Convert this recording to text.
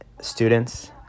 students